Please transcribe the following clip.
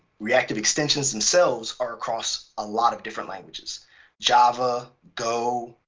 reactive extensions themselves are across a lot of different languages java, go,